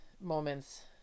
moments